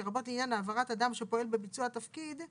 לרבות עניין העברת אדם שפועל בביצוע התפקיד,